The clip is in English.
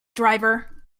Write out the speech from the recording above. driver